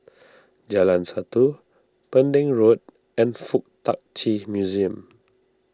Jalan Satu Pending Road and Fuk Tak Chi Museum